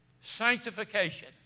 Sanctification